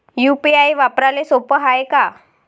UPI वापराले सोप हाय का?